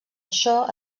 això